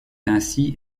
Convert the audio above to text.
ainsi